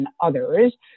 others